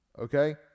Okay